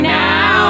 now